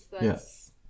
Yes